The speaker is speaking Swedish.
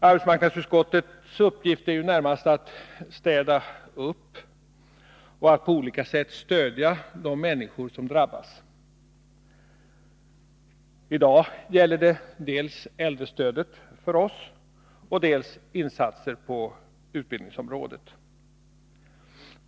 Arbetsmarknadsutskottets uppgift är närmast att städa upp och att på olika sätt stödja de människor som drabbas. För oss gäller det i dag dels äldrestödet, dels insatser på utbildningsområdet.